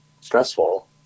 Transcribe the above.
stressful